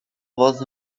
was